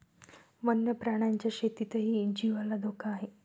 वन्य प्राण्यांच्या शेतीतही जीवाला धोका आहे